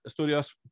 estudios